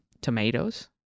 tomatoes